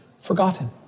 forgotten